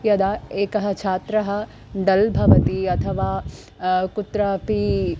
यदा एकः छात्रः डल् भवति अथवा कुत्रापि